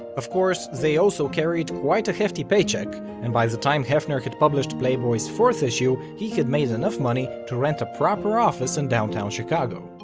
of course, they also carried quite a hefty paycheck and by the time hefner had published playboy's fourth issue, he had made enough money to rent a proper office in downtown chicago.